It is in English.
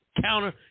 counter